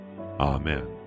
Amen